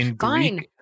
fine